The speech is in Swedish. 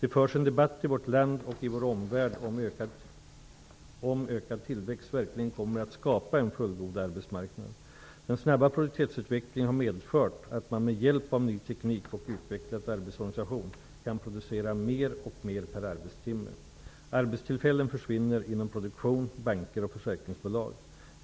Det förs en debatt i vårt land och i vår omvärld om ifall ökad tillväxt verkligen kommer att skapa en fullgod arbetsmarknad. Den snabba produktivitetsutvecklingen har medfört att man med hjälp av ny teknik och utvecklad arbetsorganisation kan producera mer och mer per arbetstimme. Arbetstillfällen försvinner inom produktion, banker och försäkringsbolag.